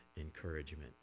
encouragement